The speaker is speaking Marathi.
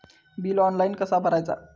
बिल ऑनलाइन कसा भरायचा?